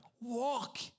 walk